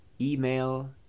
email